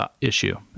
issue